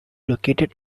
located